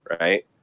right